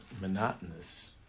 monotonous